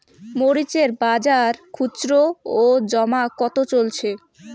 মরিচ এর বাজার খুচরো ও জমা কত চলছে?